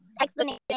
explanation